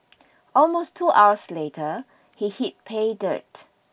almost two hours later he hit pay dirt